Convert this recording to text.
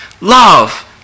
love